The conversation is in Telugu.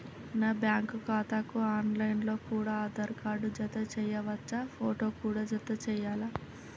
నా బ్యాంకు ఖాతాకు ఆన్ లైన్ లో కూడా ఆధార్ కార్డు జత చేయవచ్చా ఫోటో కూడా జత చేయాలా?